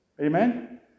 amen